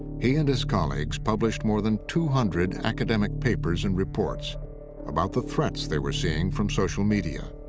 he and his colleagues published more than two hundred academic papers and reports about the threats they were seeing from social media.